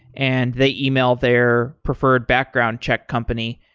and they email their preferred background check company,